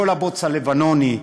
לא לבוץ הלבנוני,